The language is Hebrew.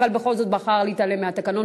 אבל בכל זאת בחר להתעלם מהתקנון,